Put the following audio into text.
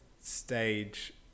stage